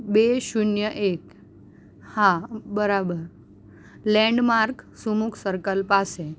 બે શૂન્ય એક હા બરાબર લેન્ડમાર્ક સુમુખ સર્કલ પાસે